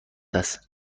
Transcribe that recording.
است